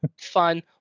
fun